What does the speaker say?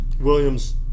Williams